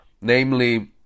namely